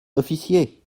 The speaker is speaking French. officier